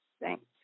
Thanks